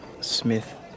Smith